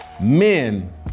Men